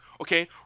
okay